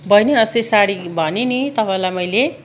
बहिनी अस्ति सारी भनेँ नि तपाईँलाई मैले